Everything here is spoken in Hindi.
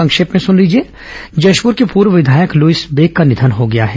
संक्षिप्त समाचार जशपुर के पूर्व विधायक लुईस बेक का निधन हो गया है